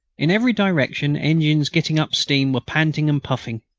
in every direction engines getting up steam were panting and puffing.